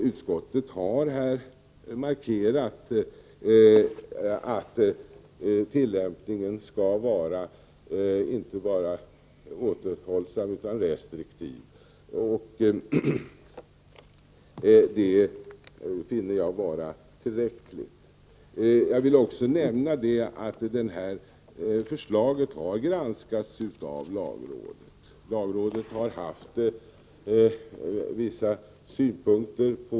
Utskottet har markerat att tillämpningen skall vara återhållsam. Detta finner jag vara tillräckligt. Jag vill också nämna att förslaget har granskats av lagrådet, som har haft vissa synpunkter.